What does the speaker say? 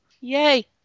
Yay